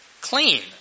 clean